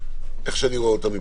כפי שאני רואה אותה: